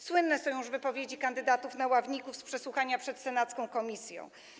Słynne są już wypowiedzi kandydatów na ławników z przesłuchania przed senacką komisją: